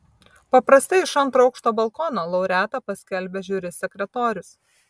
paprastai iš antro aukšto balkono laureatą paskelbia žiuri sekretorius